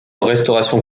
restauration